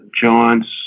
Giants